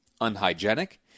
unhygienic